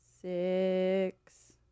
six